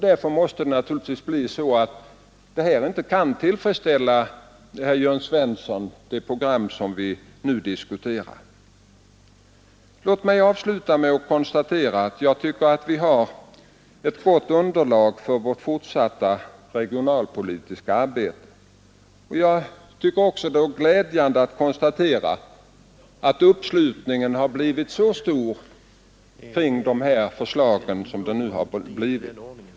Därför kan naturligtvis det program som vi nu diskuterar inte tillfredsställa herr Jörn Svensson. Jag tycker att vi har ett gott underlag för vårt fortsatta regionalpolitiska arbete. Det är också glädjande att kunna konstatera att uppslutningen har blivit så stor kring de här förslagen som den blivit.